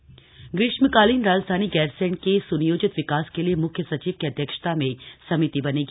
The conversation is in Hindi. गैरसैंग घोषणाएं ग्रीष्मकालीन राजधानी गैरसैण के स्नियोजित विकास के लिए मुख्य सचिव की अध्यक्षता में समिति बनेगी